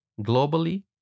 globally